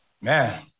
Man